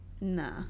nah